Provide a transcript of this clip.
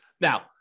Now